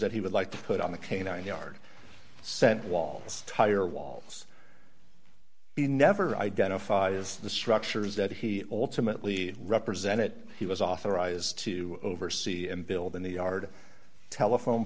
that he would like to put on the canine yard scent walls tire walls he never identifies the structures that he ultimately represent it he was authorized to oversee and build in the yard telephone